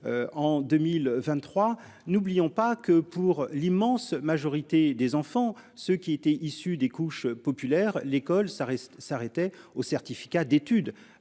en 2023. N'oublions pas que pour l'immense majorité des enfants ce qui étaient issus des couches populaires, l'école, ça reste s'arrêtait au certificat d'études,